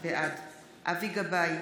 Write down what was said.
בעד אבי גבאי,